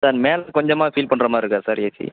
sir மேலே கொஞ்சமாக feel பண்ணுற மாதிரி இருக்கா சார் ஏசி